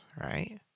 Right